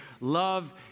love